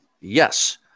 Yes